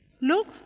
look